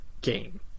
game